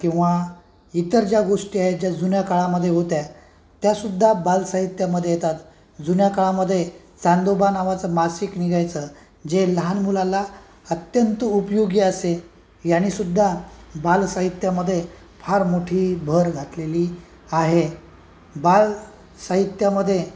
किंवा इतर ज्या गोष्टी आहेत ज्या जुन्या काळामध्ये होत्या त्यासुद्धा बालसाहित्यामध्ये येतात जुन्या काळामध्ये चांदोबा नावाचं मासिक निघायचं जे लहान मुलांला अत्यंत उपयोगी असे यानेसुद्धा बालसाहित्यामध्ये फार मोठी भर घातलेली आहे बालसाहित्यामध्ये